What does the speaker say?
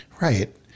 Right